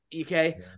okay